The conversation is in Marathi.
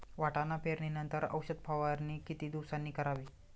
वाटाणा पेरणी नंतर औषध फवारणी किती दिवसांनी करावी?